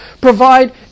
provide